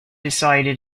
decided